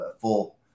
full